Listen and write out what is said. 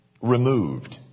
removed